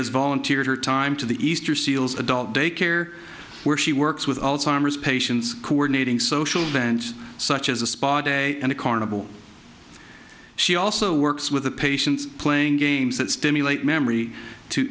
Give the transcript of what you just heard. has volunteered her time to the easter seals adult day care where she works with alzheimer's patients coordinating social events such as a spa day and a carnival she also works with the patients playing games that stimulate memory to